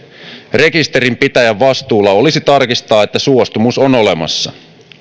rekisterinpitäjän vastuulla olisi tarkistaa että suostumus on olemassa